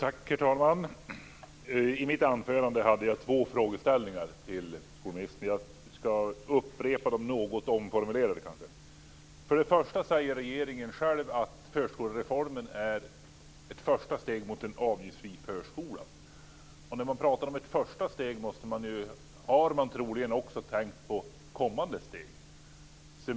Herr talman! I mitt anförande tog jag upp två frågeställningar. Jag ska upprepa dem och kanske omformulera dem. Först och främst säger regeringen själv att förskolereformen är ett första steg mot en avgiftsfri förskola. Och när man talar om ett första steg har man troligen också tänkt på kommande steg.